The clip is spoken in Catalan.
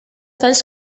talls